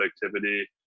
productivity